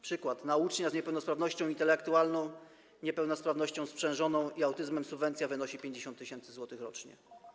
Przykład: na ucznia z niepełnosprawnością intelektualną, niepełnosprawnością sprzężoną i autyzmem subwencja wynosi 50 tys. zł rocznie.